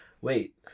wait